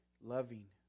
loving